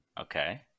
Okay